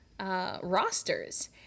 rosters